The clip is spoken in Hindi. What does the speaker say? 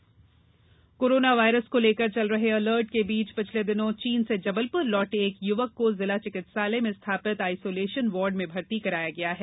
कोरोना वायरस कोरोना वायरस को लेकर चल रहे अलर्ट के बीच पिछले दिनों चीन से जबलपुर लौटे एक युवक को जिला चिकित्सालय में स्थापित आइसोलेशन वार्ड में भर्ती कराया गया है